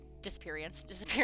disappearance